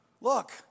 Look